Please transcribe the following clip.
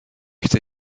chcę